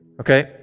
Okay